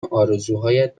آرزوهایت